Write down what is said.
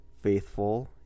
faithful